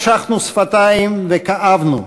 אומנם נשכנו שפתיים וכאבנו,